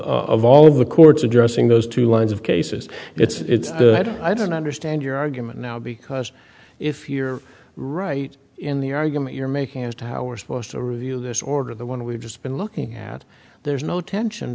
of all of the courts addressing those two lines of cases it's i don't understand your argument now because if you're right in the argument you're making as to how we're supposed to review this order the one we've just been looking at there's no tension